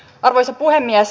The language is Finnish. arvoisa puhemies